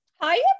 Hi